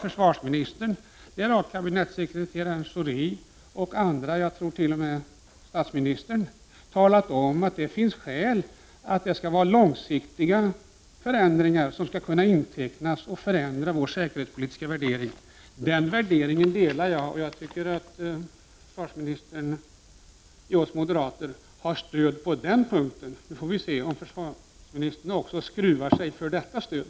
Försvarsministern liksom kabinettssekreterare Schori och andra — jag tror t.o.m. statsministern — har talat om att det måste vara långsiktiga förändringar för att de skall kunna intecknas och förändra vår säkerhetspolitiska bedömning. Den värderingen delar jag. Försvarsministern har stöd av oss moderater på den punkten. Nu får vi se om försvarsministern skruvar sig också för detta stöd.